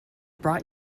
brought